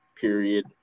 period